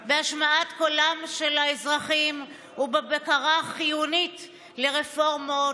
יש להם תפקיד חשוב בהשמעת קולם של האזרחים ובבקרה החיונית על הרפורמות,